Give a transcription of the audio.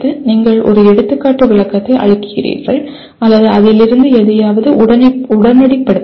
நீங்கள் ஒரு எடுத்துக்காட்டு விளக்கத்தை அளிக்கிறீர்கள் அல்லது அதிலிருந்து எதையாவது உடனடிப்படுத்துங்கள்